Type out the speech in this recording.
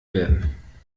werden